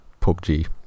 PUBG